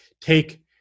take